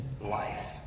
life